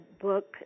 book